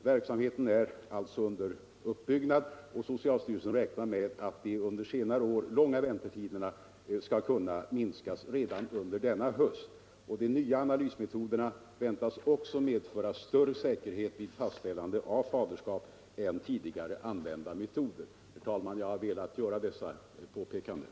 Verksamheten är alltså under uppbyggnad och socialstyrelsen räknar med att de under senare år långa väntetiderna skall kunna minskas redan under hösten. De nya analysmetoderna väntas också medföra större säkerhet vid fastställande av faderskap än tidigare använda metoder. Herr talman! Jag har velat göra dessa påpekanden.